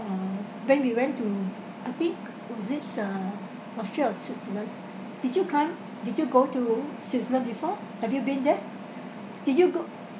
uh when we went to I think was it uh austria or switzerland did you climb did you go to switzerland before have you been there did you go